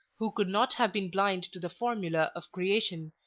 who could not have been blind to the formula of creation,